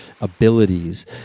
abilities